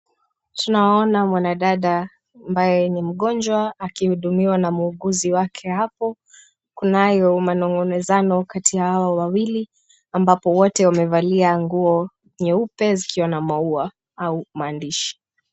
Tunaona mwanadada ambaye ni mgonjwa akihudumiwa na muuguzi wake hapo. Kunayo manongonezano kati ya hawa wawili ambapo wote wamevalia nguo nyeupe zikiwa na maua au maandishi.